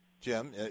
Jim